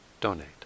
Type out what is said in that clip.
donate